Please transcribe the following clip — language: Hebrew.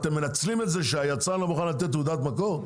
אתם מנצלים את זה שהיצרן לא מוכן לתת תעודת מקור?